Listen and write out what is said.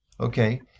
Okay